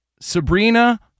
Sabrina